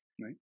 right